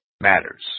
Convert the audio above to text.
matters